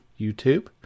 YouTube